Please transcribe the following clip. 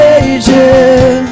ages